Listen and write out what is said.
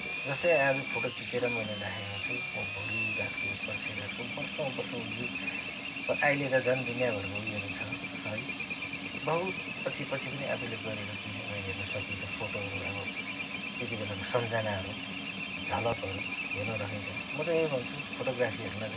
जस्तै आज फोटो खिचेर मैले राखेको छु भोली राख्छु पर्सी राख्छु वर्षौँ वर्षौँ यो अहिले त झन दुनियाँभरको उयोहरू छ है बहुत पछि पछि पनि आफूले गरेको चिज हेर्न सकिन्छ फोटोहरू अब त्यतिबेलाको सम्झानाहरू झलकहरू हर्न राखिन्छ म त यही भन्छु फोटोग्राफीहरूमा चाहिँ